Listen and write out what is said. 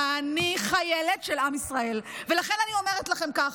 אני חיילת של עם ישראל, ולכן אני אומרת לכם כך: